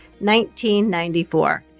1994